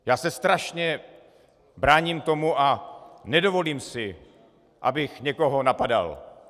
Já se strašně bráním tomu a nedovolím si, abych někoho napadal.